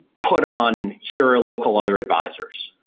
put on, here are local other advisors,